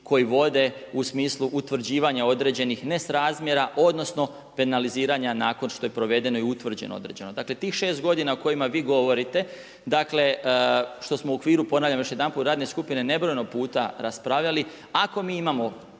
koji vode u smislu utvrđivanja određenih nesrazmjera odnosno penaliziranja nakon što je provedeno i utvrđeno određeno. Dakle tih šest godina o kojima vi govorite što smo u okviru ponavljam još jedanput radne skupine nebrojeno puta raspravljali, ako mi imamo